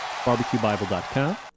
barbecuebible.com